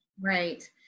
Right